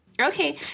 Okay